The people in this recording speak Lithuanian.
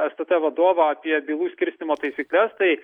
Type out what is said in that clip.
stt vadovą apie bylų skirstymo taisykles tai